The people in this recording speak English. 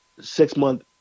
six-month